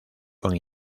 con